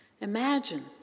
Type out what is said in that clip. Imagine